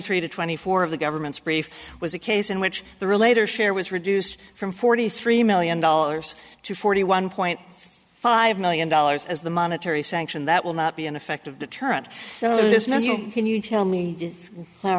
three to twenty four of the government's brief was a case in which the relator share was reduced from forty three million dollars to forty one point five million dollars as the monetary sanction that will not be an effective deterrent can you tell me